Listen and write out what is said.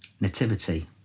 Nativity